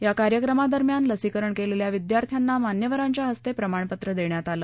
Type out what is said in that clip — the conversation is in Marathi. या कार्यक्रमा दरम्यान लसीकरण केलेल्या विद्यार्थ्यांना मान्यवरांच्या हस्ते प्रमाणपत्र देण्यात आलं